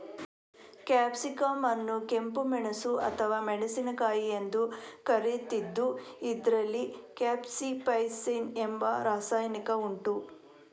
capsicum ಅನ್ನು ಕೆಂಪು ಮೆಣಸು ಅಥವಾ ಮೆಣಸಿನಕಾಯಿ ಎಂದು ಕರೀತಿದ್ದು ಇದ್ರಲ್ಲಿ ಕ್ಯಾಪ್ಸೈಸಿನ್ ಎಂಬ ರಾಸಾಯನಿಕ ಉಂಟು